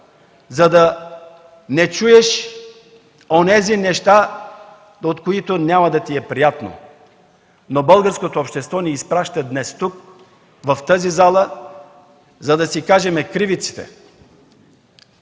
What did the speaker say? за да не чуеш онези неща, от които няма да ти е приятно. Но българското общество ни изпраща днес тук, в тази зала, за да си кажем днес кривиците,